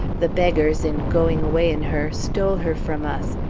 the beggars, in going away in her, stole her from us,